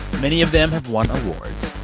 many of them have won awards,